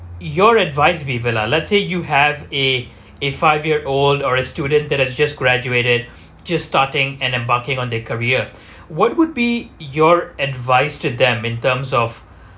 your advice vivid lah let's say you have a a five year old or a student that has just graduated just starting and embarking on their career what would be your advice to them in terms of